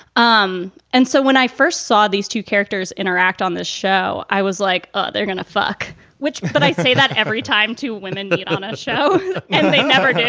um and so when i first saw these two characters interact on this show, i was like, oh, they're gonna fuck which but i say that every time two women but on ah a show and they never